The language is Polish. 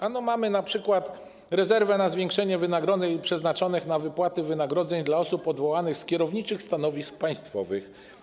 Ano mamy np. rezerwę na zwiększenie środków przeznaczonych na wypłaty wynagrodzeń dla osób odwołanych z kierowniczych stanowisk państwowych.